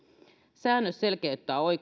säännös selkeyttää